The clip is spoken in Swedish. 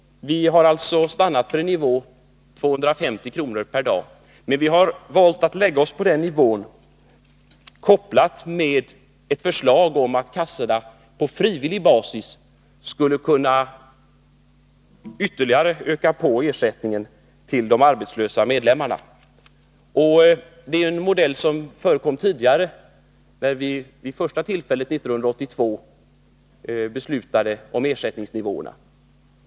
Vi har alltså stannat för en nivå på 250 kr. per dag. Vi har valt den nivån, kopplat med ett förslag om att kassorna på frivillig basis skulle kunna öka på ersättningen till de arbetslösa medlemmarna ytterligare. Det är ju en modell som förekom tidigare, när vi vid det första tillfället 1982 beslutade om ersättningsnivåerna.